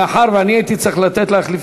מאחר שאני הייתי צריך לתת לך,